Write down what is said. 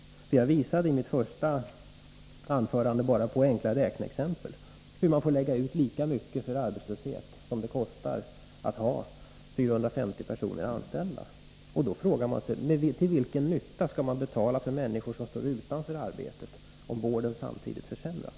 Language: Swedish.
Jag visade i mitt första anförande med enkla räkneexempel hur man får lägga ut lika mycket pengar för arbetslöshet som det kostar att ha 450 personer anställda. Då frågar jag: Till vilken nytta skall man betala för människor som står utanför arbetet, om vården samtidigt försämras?